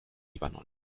libanon